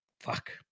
Fuck